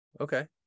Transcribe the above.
Okay